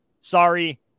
Sorry